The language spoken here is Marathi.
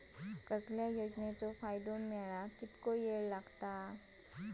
कसल्याय योजनेचो फायदो मेळाक कितको वेळ लागत?